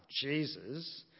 Jesus